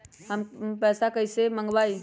हम पैसा कईसे मंगवाई?